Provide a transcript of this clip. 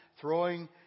throwing